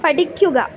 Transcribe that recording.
പഠിക്കുക